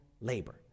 labor